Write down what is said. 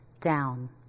down